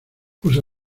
usa